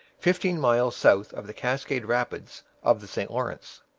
fifteen miles south of the cascade rapids of the st lawrence,